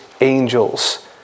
angels